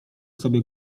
sobie